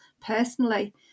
personally